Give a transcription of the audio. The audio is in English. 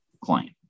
client